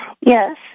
Yes